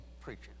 preaching